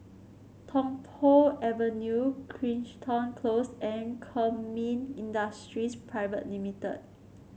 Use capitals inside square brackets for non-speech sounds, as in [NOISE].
Tung Po Avenue Crichton Close and Kemin Industries [UNINTELLIGIBLE]